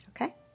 okay